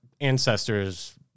ancestors